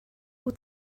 wyt